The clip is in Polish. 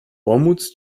pomóc